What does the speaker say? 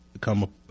come